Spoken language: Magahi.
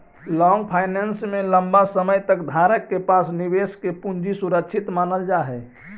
लॉन्ग फाइनेंस में लंबा समय तक धारक के पास निवेशक के पूंजी सुरक्षित मानल जा हई